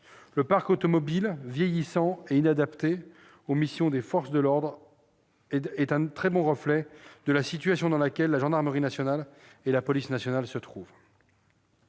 Le parc automobile, vieillissant et inadapté aux missions des forces de l'ordre, est un très bon reflet de la situation dans laquelle la gendarmerie nationale et la police nationale se trouvent.